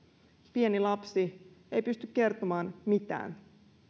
pieni lapsi ei pysty kertomaan mitään